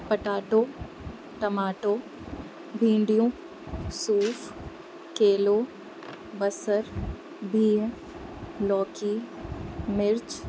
potato tomato भींडियूं सूफ़ केलो बसर बिह लौकी मिर्चु